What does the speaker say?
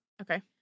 Okay